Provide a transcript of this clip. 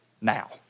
now